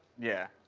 yeah.